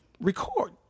record